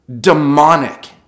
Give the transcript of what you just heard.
demonic